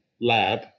lab